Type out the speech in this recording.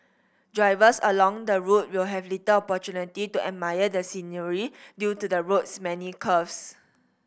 drivers along the route will have little opportunity to admire the scenery due to the road's many curves